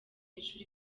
ishuri